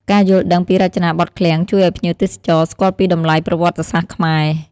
ការយល់ដឹងពីរចនាបថឃ្លាំងជួយឱ្យភ្ញៀវទេសចរស្គាល់ពីតម្លៃប្រវត្តិសាស្ត្រខ្មែរ។